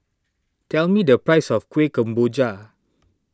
tell me the price of Kuih Kemboja